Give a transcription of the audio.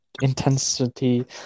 intensity